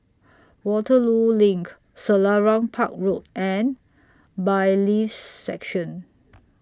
Waterloo LINK Selarang Park Road and Bailiffs' Section